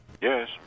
Yes